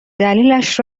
دلیلش